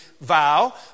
vow